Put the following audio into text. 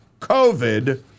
COVID